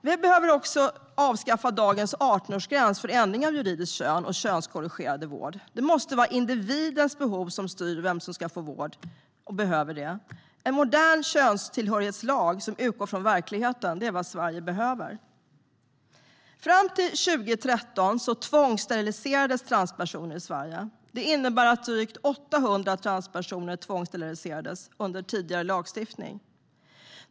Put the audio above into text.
Vi behöver också avskaffa dagens 18-årsgräns för ändring av juridiskt kön och könskorrigerande vård. Det måste vara individens behov som styr vem som ska få vård och vem som behöver det. En modern könstillhörighetslag som utgår från verkligheten är vad Sverige behöver. Fram till 2013 tvångssteriliserades transpersoner i Sverige. Det innebär att drygt 800 transpersoner tvångssteriliserades under tidigare lagstiftning.